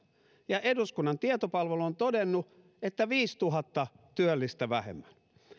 ja eduskunnan tietopalvelu on todennut että viisituhatta työllistä vähemmän